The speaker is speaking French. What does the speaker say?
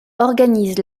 organise